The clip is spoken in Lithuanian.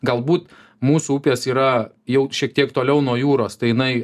galbūt mūsų upės yra jau šiek tiek toliau nuo jūros tai jinai